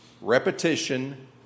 repetition